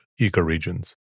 ecoregions